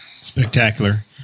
Spectacular